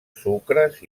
sucres